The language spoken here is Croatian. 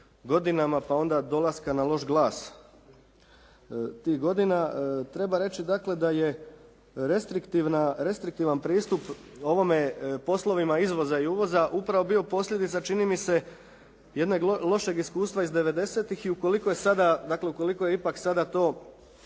godinama pa onda dolaskom na loš glas tih godina treba reći dakle da je restriktivna, restriktivan pristup ovome poslovima izvoza i uvoza upravo bio posljedica čini mi se jednog lošeg iskustva iz '90.-tih i ukoliko je sada, dakle ukoliko je ipak sada to